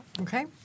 Okay